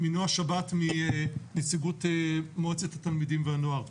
מנועה שבת מנציגות מועצת התלמידים והנוער.